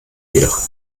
wieder